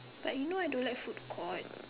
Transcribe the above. like you know I don't like food court